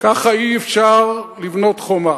ככה אי-אפשר לבנות חומה,